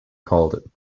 called